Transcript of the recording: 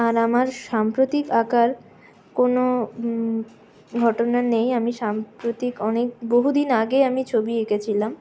আর আমার সাম্প্রতিক আঁকার কোনো ঘটনা নেই আমি সাম্প্রতিক অনেক বহুদিন আগে আমি ছবি এঁকেছিলাম